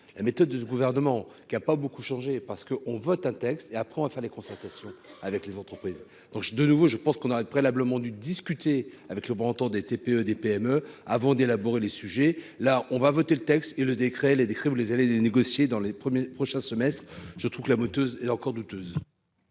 la méthode de ce gouvernement qui a pas beaucoup changé, parce qu'on vote un texte et après on va faire les concertations avec les entreprises, donc, de nouveau, je pense qu'on aurait préalablement dû discuter avec le bras entend des TPE, des PME avant d'élaborer les sujets là on va voter le texte et le décret les décrivent les allez négocier dans les premiers prochain semestre, je trouve que la moto encore douteuse.